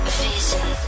vision